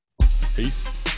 peace